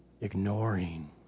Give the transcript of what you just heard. ignoring